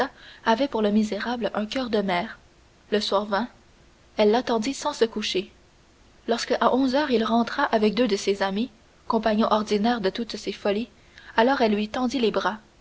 avait pour le misérable un coeur de mère le soir vint elle l'attendit sans se coucher lorsque à onze heures il rentra avec deux de ses amis compagnons ordinaires de toutes ses folies alors elle lui tendit les bras